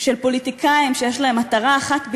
של פוליטיקאים שיש להם מטרה אחת בלבד,